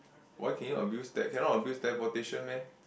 why can you abuse that cannot abuse teleportation meh